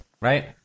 right